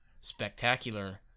spectacular